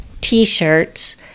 t-shirts